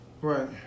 right